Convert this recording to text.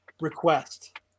request